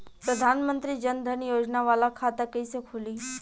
प्रधान मंत्री जन धन योजना वाला खाता कईसे खुली?